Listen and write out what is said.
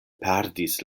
perdis